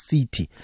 City